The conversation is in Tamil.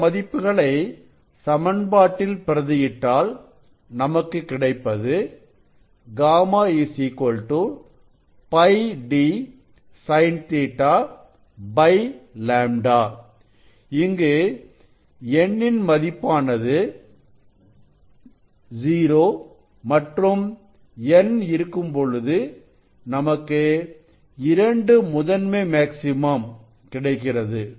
இந்த மதிப்புகளை சமன்பாட்டில் பிரதி இட்டாள் நமக்கு கிடைப்பது γ π d sin Ɵ λ இங்கு N என் மதிப்பானது 0 மற்றும் N இருக்கும்பொழுது நமக்கு 2 முதன்மை மேக்ஸிமம் கிடைக்கிறது